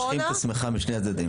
מושכים את השמיכה משני הצדדים.